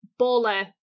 baller